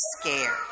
scared